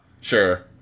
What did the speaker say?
Sure